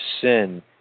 sin